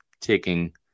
taking